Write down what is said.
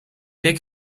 big